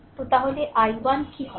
তো তাহলে i 1 কী হবে